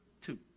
two